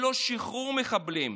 ולא שחרור מחבלים.